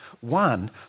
One